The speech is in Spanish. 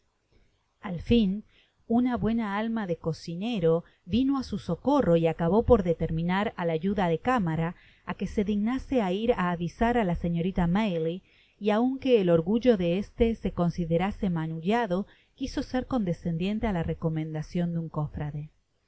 al fin una buena alma de cocinero vino á su socorro y acabó por determinar al ayuda de cámara á que se dignase ir á avisar á la señorita maylie y aun que el orgullo de este se considerase manullado quiso ser condescendiente á la recomendacion de un cofrade